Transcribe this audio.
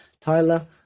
Tyler